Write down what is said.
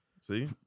See